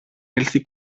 έλθει